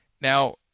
Now